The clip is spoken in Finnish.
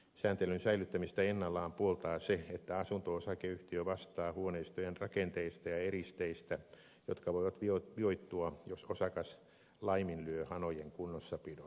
sääntelyn säilyttämistä ennallaan puoltaa se että asunto osakeyhtiö vastaa huoneistojen rakenteista ja eristeistä jotka voivat vioittua jos osakas laiminlyö hanojen kunnossapidon